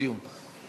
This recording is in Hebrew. האתיופית, ותיקים,